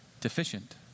deficient